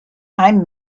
i’m